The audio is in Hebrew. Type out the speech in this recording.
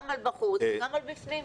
גם לבחוץ וגם לבפנים.